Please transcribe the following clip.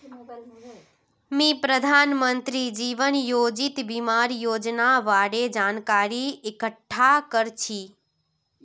मी प्रधानमंत्री जीवन ज्योति बीमार योजनार बारे जानकारी इकट्ठा कर छी